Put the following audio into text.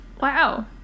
Wow